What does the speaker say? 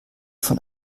von